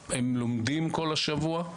הם לומדים כל השבוע,